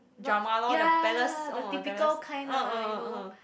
drama loh the Palace oh the Palace